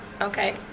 Okay